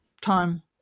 time